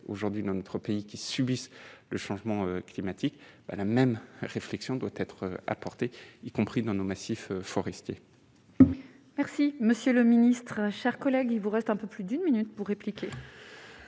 aujourd'hui dans notre pays, qui subissent le changement climatique, la même réflexion doit être apportée, y compris dans nos massifs forestiers. Merci monsieur le ministre, chers collègues, il vous reste un peu plus d'une minute pour répliquer.